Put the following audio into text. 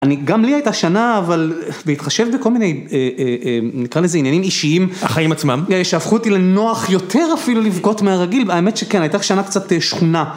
אני, גם לי הייתה שנה, אבל להתחשב בכל מיני, נקרא לזה עניינים אישיים. החיים עצמם. שהפכו אותי לנוח יותר אפילו לבכות מהרגיל, והאמת שכן, הייתה שנה קצת שחונה.